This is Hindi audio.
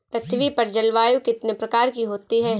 पृथ्वी पर जलवायु कितने प्रकार की होती है?